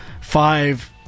five